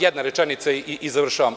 Jedna rečenica i završavam.